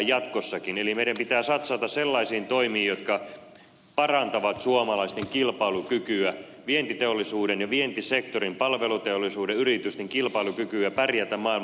eli meidän pitää satsata sellaisiin toimiin jotka parantavat suomalaisten kilpailukykyä vientiteollisuuden ja vientisektorin palveluteollisuuden yritysten kilpailukykyä pärjätä maailmanmarkkinoilla